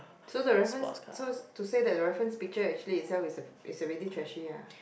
so the reference so to say that the reference picture actually itself is already trashy ah